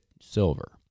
silver